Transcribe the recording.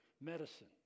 medicine